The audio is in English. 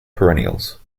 perennials